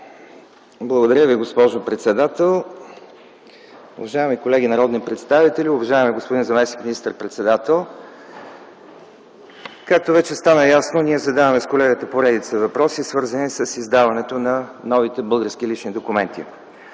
Благодаря Ви, госпожо председател. Уважаеми колеги народни представители, уважаеми господин заместник министър-председател! Както вече стана ясно ние с колегата задаваме поредица от въпроси, свързани с издаването на новите български лични документи.